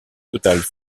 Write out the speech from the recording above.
total